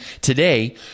today